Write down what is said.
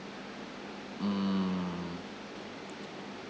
mm